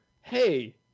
hey